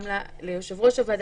גם ליושב-ראש הוועדה,